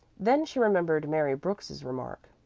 then she remembered mary brooks's remark.